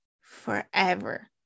forever